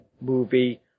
movie